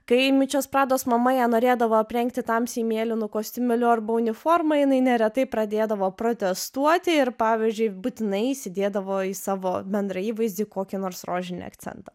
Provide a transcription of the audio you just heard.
kai miučios prados mama ją norėdavo aprengti tamsiai mėlynu kostiumėliu arba uniforma jinai neretai pradėdavo protestuoti ir pavyzdžiui būtinai įsidėdavo į savo bendrą įvaizdį kokį nors rožinį akcentą